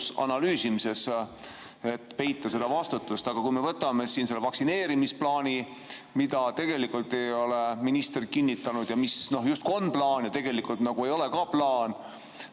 analüüsimises, et peita seda vastutust. Aga kui me võtame vaktsineerimisplaani, mida tegelikult ei ole minister kinnitanud ja mis justkui on plaan ja nagu ei ole ka plaan,